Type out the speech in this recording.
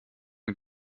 mit